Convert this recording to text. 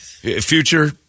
Future